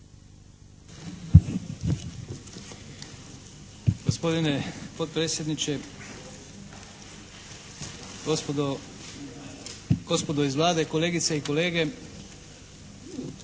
Gospodine potpredsjedniče, gospodo iz Vlade, kolegice i kolege!